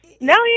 No